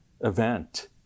event